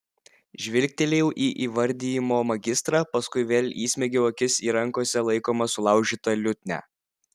žvilgtelėjau į įvardijimo magistrą paskui vėl įsmeigiau akis į rankose laikomą sulaužytą liutnią